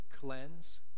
cleanse